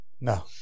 No